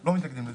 לא מתנגדים לזה.